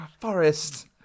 forest